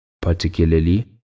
particularly